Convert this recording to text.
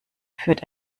führt